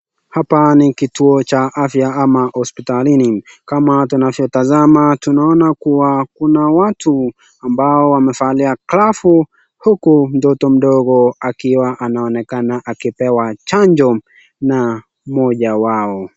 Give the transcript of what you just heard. Hapa ni kituo cha afya ama hospitalini kama tunavyotazama tunaona kuwa kuna watu ambao wamevalia glavu huku mtoto mdogo akiwa anaonekana akipewa chanjo na mmoja wao.